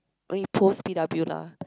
I mean post P_W lah